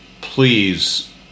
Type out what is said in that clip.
please